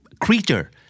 Creature